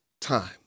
time